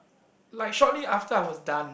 like shortly after I was done